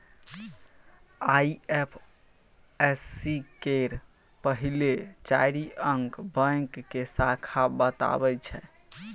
IFSC केर पहिल चारि अंक बैंक के शाखा बताबै छै